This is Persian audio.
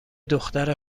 دختر